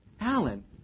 Alan